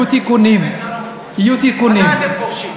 מתי אתם פורשים מהפוליטיקה?